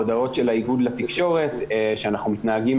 ההודעות של האיגוד לתקשורת שאנחנו מתנהגים